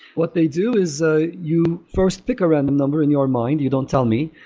what they do is ah you first pick a random number in your mind. you don't tell me.